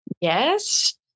yes